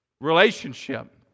relationship